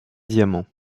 diamants